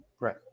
right